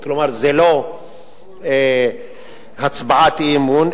כלומר זו לא הצבעת אי-אמון,